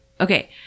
Okay